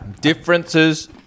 differences